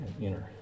inner